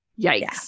yikes